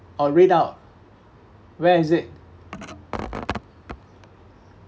or read out where is it